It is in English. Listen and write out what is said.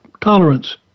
tolerance